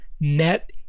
net